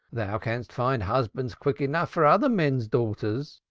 thou canst find husbands quick enough for other men's daughters!